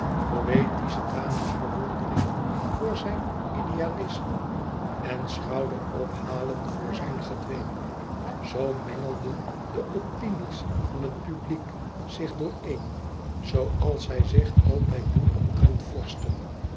poëtische damesbewondering voor zijn idealisme en schouderophalen voor zijn gedweep zoo mengelden de opinie's van het publiek zich dooreen zooals zij zich altijd doen omtrent vorsten